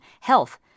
health